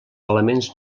elements